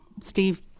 Steve